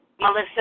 Melissa